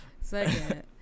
second